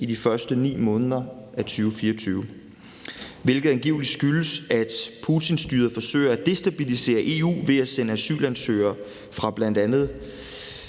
i de første 9 måneder af 2024, hvilket angiveligt skyldes, at Putinstyret forsøger at destabilisere EU ved at sende asylansøgere fra bl.a. gode,